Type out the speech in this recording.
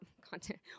content